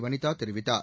வனிதா தெரிவித்தார்